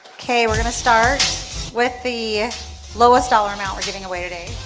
okay, we're going to start with the lowest dollar amount we're giving away today,